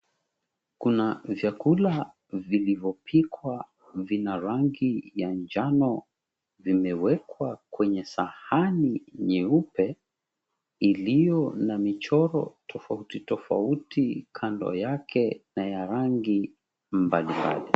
Kuna vyakula vilivyopikwa vina rangi ya njano, vimewekwa kwenye sahani nyeupe, iliyo na michoro tofauti tofauti kando yake na ya rangi mbalimbali.